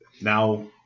now